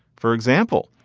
for example,